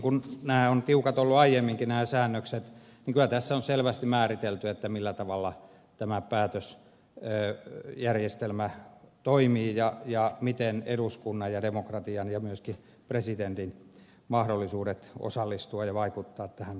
nämä säännökset ovat tiukat olleet aiemminkin ja kyllä tässä on selvästi määritelty millä tavalla tämä päätösjärjestelmä toimii ja miten toteutetaan eduskunnan ja demokratian ja myöskin presidentin mahdollisuudet osallistua ja vaikuttaa päätöksentekoon